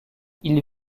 ils